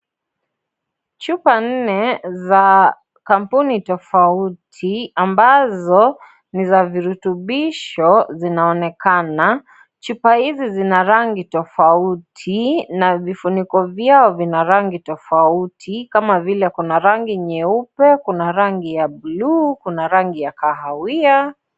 Chupa nne za kampuni tofauti ambazo ni za virutubisho zinaonekana. Chupa hizi zina rangi tofauti na vifuniko vyao vina rangi tofauti kama vile Kuna rangi nyeupe, Kuna rangi ya blue , kuja rangi ya kahawia...